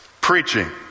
Preaching